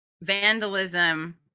vandalism